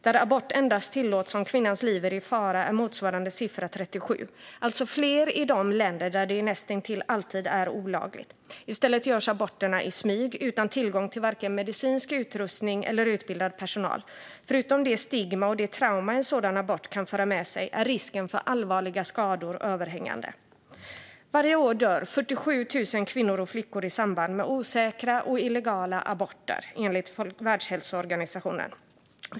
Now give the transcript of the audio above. Där abort endast tillåts om kvinnans liv är i fara är motsvarande siffra 37. Det görs alltså fler aborter i de länder där det näst intill alltid är olagligt. I stället görs aborterna i smyg, utan tillgång till vare sig medicinsk utrustning eller utbildad personal. Förutom det stigma och det trauma en sådan abort kan föra med sig är risken för allvarliga skador överhängande. Varje år dör 47 000 kvinnor och flickor i samband med osäkra och illegala aborter, enligt Världshälsoorganisationen.